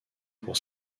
pour